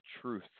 truth